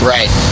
Right